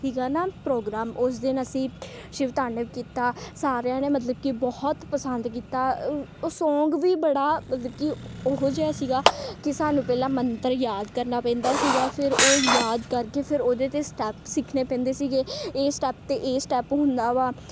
ਸੀਗਾ ਨਾ ਪ੍ਰੋਗਰਾਮ ਉਸ ਦਿਨ ਅਸੀਂ ਸ਼ਿਵ ਤਾਂਡਵ ਕੀਤਾ ਸਾਰਿਆਂ ਨੇ ਮਤਲਬ ਕਿ ਬਹੁਤ ਪਸੰਦ ਕੀਤਾ ਉਹ ਸੌਂਗ ਵੀ ਬੜਾ ਮਤਲਬ ਕਿ ਉਹੋ ਜਿਹਾ ਸੀਗਾ ਕਿ ਸਾਨੂੰ ਪਹਿਲਾਂ ਮੰਤਰ ਯਾਦ ਕਰਨਾ ਪੈਂਦਾ ਸੀਗਾ ਫਿਰ ਉਹ ਯਾਦ ਕਰਕੇ ਫਿਰ ਉਹਦੇ 'ਤੇ ਸਟੈਪ ਸਿੱਖਣੇ ਪੈਂਦੇ ਸੀਗੇ ਇਹ ਸਟੈਪ ਅਤੇ ਇਹ ਸਟੈਪ ਹੁੰਦਾ ਵਾ